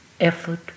effort